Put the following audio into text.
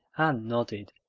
anne nodded,